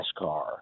NASCAR